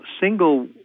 single